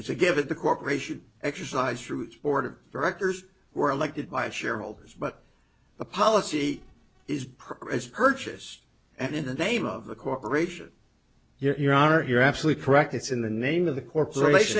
it's a give it the cooperation exercise fruit board of directors were elected by shareholders but the policy is per its purchase and in the name of the corporation you're honor you're absolutely correct it's in the name of the corporation